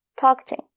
targeting